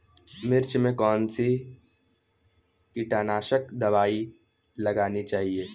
मिर्च में कौन सी कीटनाशक दबाई लगानी चाहिए?